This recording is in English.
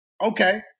Okay